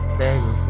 baby